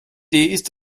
ist